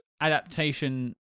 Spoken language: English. adaptation